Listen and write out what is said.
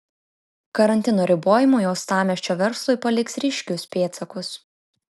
karantino ribojimai uostamiesčio verslui paliks ryškius pėdsakus